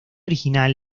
original